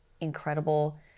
incredible